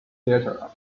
theatre